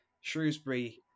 shrewsbury